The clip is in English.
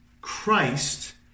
Christ